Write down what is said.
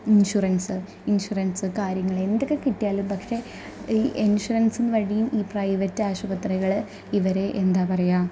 insurance insurance കാര്യങ്ങൾ എന്തൊക്കെ കിട്ടിയാലും പക്ഷെ ഈ ഇന്ഷുറന്സ് വഴിയും ഈ പ്രൈവറ്റ് ആശുപത്രികൾ ഇവർ എന്താ പറയുക